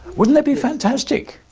wouldn't that be fantastic?